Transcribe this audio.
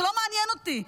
זה לא מעניין אותי.